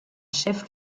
chef